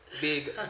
big